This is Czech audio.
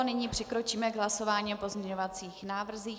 Nyní přikročíme k hlasování o pozměňovacích návrzích.